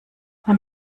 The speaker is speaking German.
wann